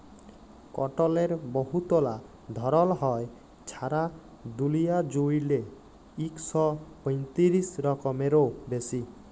কটলের বহুতলা ধরল হ্যয়, ছারা দুলিয়া জুইড়ে ইক শ পঁয়তিরিশ রকমেরও বেশি